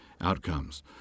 Outcomes